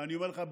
ואני אומר לך,